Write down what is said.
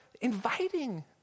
inviting